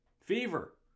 fever